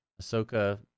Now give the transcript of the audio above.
Ahsoka